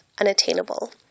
unattainable